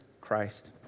Christ